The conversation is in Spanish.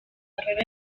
carrera